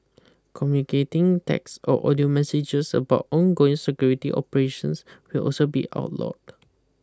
communicating text or audio messages about ongoing security operations will also be outlawed